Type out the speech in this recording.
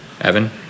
Evan